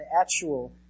actual